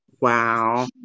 Wow